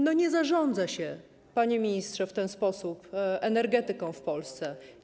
Nie zarządza się, panie ministrze, w ten sposób energetyką w Polsce.